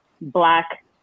black